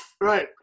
Right